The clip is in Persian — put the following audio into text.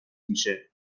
میشه